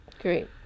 Great